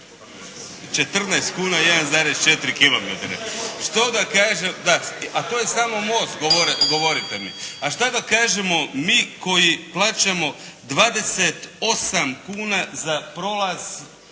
14 kuna 1,4 km. A to je samo most govorite mi. A šta da kažemo mi koji plaćamo 28 kuna za prolaz